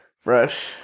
fresh